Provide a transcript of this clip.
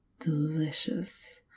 delicious.